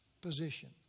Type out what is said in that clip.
position